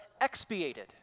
expiated